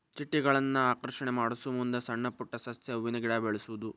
ಚಿಟ್ಟೆಗಳನ್ನ ಆಕರ್ಷಣೆ ಮಾಡುಸಮಂದ ಸಣ್ಣ ಪುಟ್ಟ ಸಸ್ಯ, ಹೂವಿನ ಗಿಡಾ ಬೆಳಸುದು